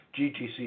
GTC